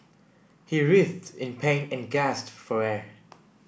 he writhed in pain and gasped for air